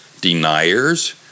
deniers